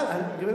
אתה בעד או נגד?